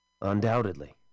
Undoubtedly